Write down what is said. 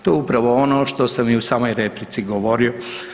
To je upravo ono što sam i u samoj replici govorio.